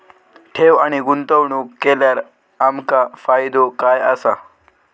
ठेव आणि गुंतवणूक केल्यार आमका फायदो काय आसा?